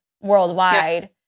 worldwide